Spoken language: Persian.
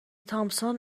تامسون